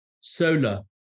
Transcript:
solar